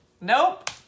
Nope